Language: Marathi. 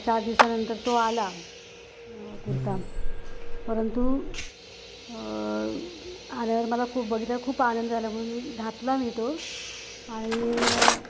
चार दिवसानंतर तो आला कुर्ता परंतु आल्यावर मला खूप बघितलं खूप आनंद झाला म्हणून घातला मी तो आणि